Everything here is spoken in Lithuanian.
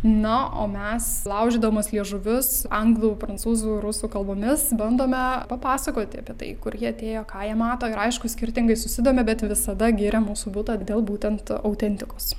na o mes laužydamos liežuvius anglų prancūzų rusų kalbomis bandome papasakoti apie tai kur jie atėjo ką jie mato ir aišku skirtingai susidomi bet visada giria mūsų butą dėl būtent autentikos